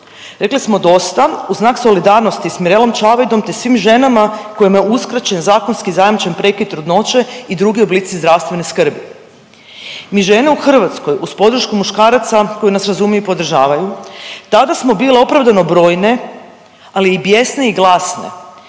Rekle smo Dosta u znak solidarnosti s Mirelom Čavajdom te svim ženama kojima je uskraćen zakonski zajamčen prekid trudnoće i drugi oblici zdravstvene skrbi. Mi žene u Hrvatskoj uz podršku muškaraca koji nas razumiju i podržavaju tada smo bile opravdano brojne, ali i bijesne i glasne